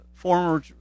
former